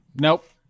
Nope